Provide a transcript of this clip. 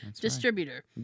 distributor